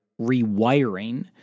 rewiring